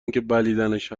بلعیدنش